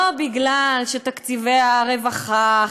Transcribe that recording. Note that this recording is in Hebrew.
לא בגלל שתקציבי הרווחה,